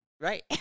Right